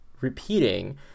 repeating